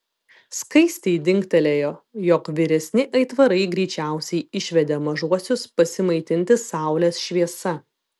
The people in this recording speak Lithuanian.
skaistei dingtelėjo jog vyresni aitvarai greičiausiai išvedė mažuosius pasimaitinti saulės šviesa